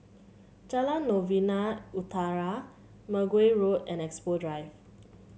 Jalan Novena Utara Mergui Road and Expo Drive